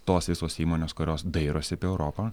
tos visos įmonės kurios dairosi apie europą